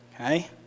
Okay